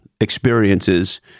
experiences